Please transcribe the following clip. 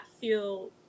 feel